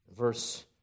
verse